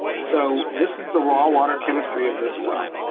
so this is the raw water chemistry of this well.